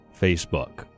Facebook